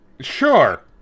Sure